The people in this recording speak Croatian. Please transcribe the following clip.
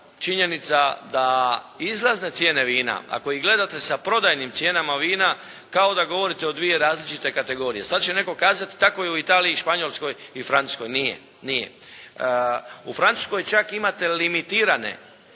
činjenica da izlazne cijene vina ako ih gledate sa prodajnim cijenama vina, kao da govorite o dvije različite kategorije, sad će netko kazati kako je u Italiji, Španjolskoj i Francuskoj. Nije. U Francuskoj čak imate limitirane